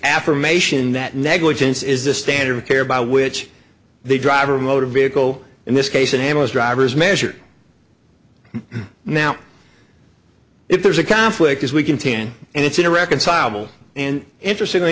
affirmation that negligence is the standard of care by which they drive a motor vehicle in this case it handles driver's measure now if there's a conflict as we continue and it's an irreconcilable and interestingly